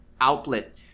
outlet